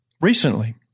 Recently